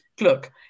Look